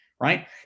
right